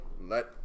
let